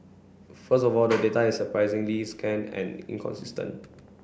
first of all the data is surprisingly scant and inconsistent